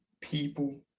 people